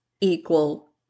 equal